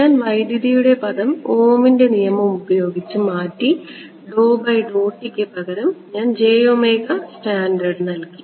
ഞാൻ വൈദ്യുതിയുടെ പദം ഓമിന്റെ നിയമം ഉപയോഗിച്ച് മാറ്റി ക്ക് പകരം ഞാൻ സ്റ്റാൻഡേർഡ് നൽകി